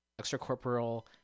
extracorporeal